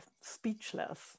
speechless